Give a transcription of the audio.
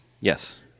Yes